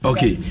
Okay